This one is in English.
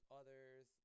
others